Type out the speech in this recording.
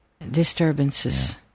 Disturbances